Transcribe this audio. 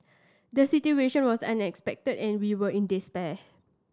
the situation was unexpected and we were in despair